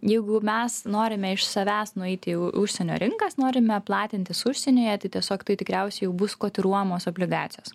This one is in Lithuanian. jeigu mes norime iš savęs nueiti į užsienio rinkas norime platintis užsienyje tai tiesiog tai tikriausiai jau bus kotiruojamos obligacijos